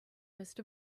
list